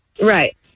Right